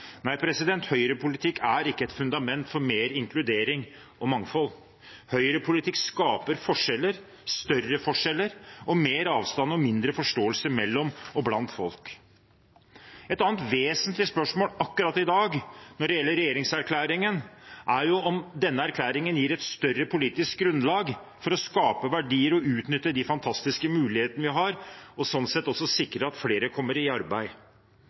Nei, høyrepolitikk er ikke et fundament for mer inkludering og mangfold. Høyrepolitikk skaper større forskjeller og mer avstand og mindre forståelse mellom og blant folk. Et annet vesentlig spørsmål akkurat i dag når det gjelder regjeringserklæringen, er om denne erklæringen gir et større politisk grunnlag for å skape verdier og utnytte de fantastiske mulighetene vi har, og sånn sett også sikre at flere kommer i arbeid.